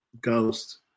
Ghost